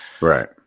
Right